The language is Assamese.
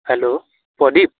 হেল্ল' প্ৰদীপ